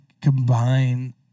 combine